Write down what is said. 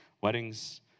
weddings